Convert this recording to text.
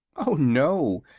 oh, no,